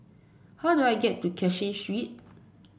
how do I get to Cashin Street